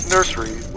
Nursery